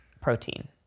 Protein